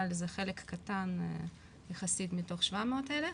אבל זה חלק קטן יחסית מתוך 700 האלה,